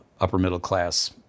upper-middle-class